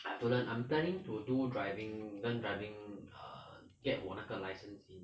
I have to learn I'm planning to do driving learn driving err get 我那个 license in